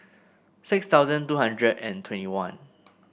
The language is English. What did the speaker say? six thousand two hundred and twenty one